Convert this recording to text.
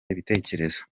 ibitekerezo